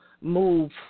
move